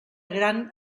gran